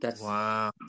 Wow